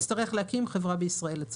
היא תצטרך להקים חברה בישראל.